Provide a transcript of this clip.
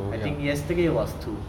I think yesterday was two